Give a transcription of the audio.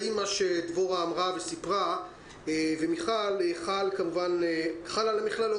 האם מה שדבורה ומיכל אמרו וסיפרו חל על המכללות?